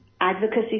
advocacy